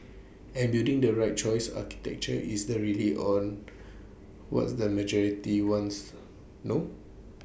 and building the right choice architecture is the rely on was the majority wants no